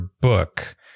book